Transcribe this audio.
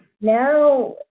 Now